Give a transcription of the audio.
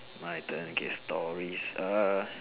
my turn okay stories err